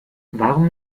warum